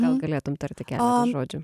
gal galėtum tarti keletą žodžių